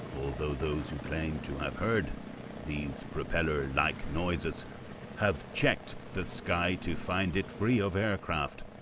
although those who claimed to have heard these propeller like noises have checked the sky to find it free of aircraft,